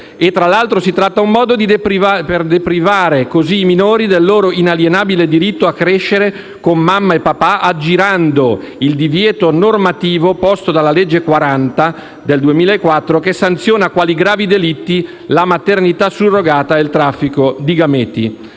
e, tra l'altro, si tratta di un modo per deprivare così i minori del loro inalienabile diritto a crescere con mamma e papà, aggirando il divieto normativo posto dalla legge n. 40 del 2004, che sanziona quali gravi delitti la maternità surrogata e il traffico di gameti.